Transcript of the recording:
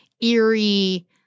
eerie